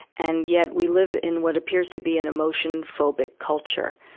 and yet, we live in what appears to be an emotion-phobic culture,